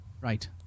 Right